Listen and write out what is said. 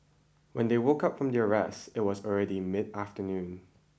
when they woke up from their rest it was already mid afternoon